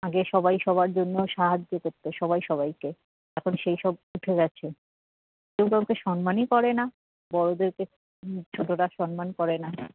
আগে সবাই সবার জন্য সাহায্য করত সবাই সবাইকে এখন সেই সব উঠে গেছে কেউ কাউকে সম্মানই করে না বড়দেরকে ছোটোরা সম্মান করে না